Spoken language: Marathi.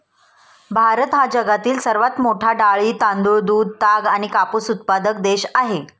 भारत हा जगातील सर्वात मोठा डाळी, तांदूळ, दूध, ताग आणि कापूस उत्पादक देश आहे